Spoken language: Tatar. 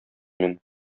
мин